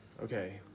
Okay